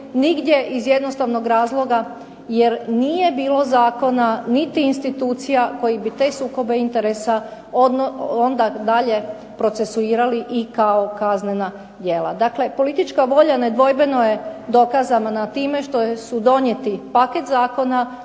nigdje iz jednostavnog razloga jer nije bilo zakona niti institucija koji bi onda te sukobe interesa dalje procesuirali i kao kaznena djela. Dakle, politička volja nedvojbeno je dokazano time što su donijeli paket zakona